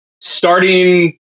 starting